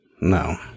No